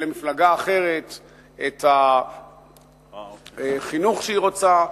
למפלגה אחרת את החינוך שהיא רוצה,